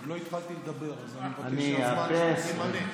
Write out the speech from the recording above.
עוד לא התחלתי לדבר, אז אני מבקש שהזמן שלי יתאפס.